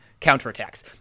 counterattacks